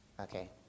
okay